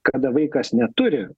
kada vaikas neturi